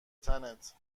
تنت